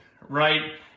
right